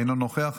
אינו נוכח,